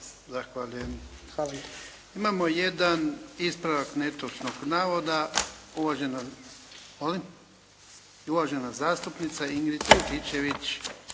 Zahvaljujem. Imamo jedan ispravak netočnog navoda, uvažena zastupnica Ingrid